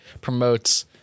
promotes